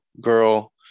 girl